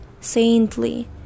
saintly